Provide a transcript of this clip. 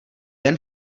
jen